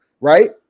right